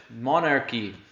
monarchy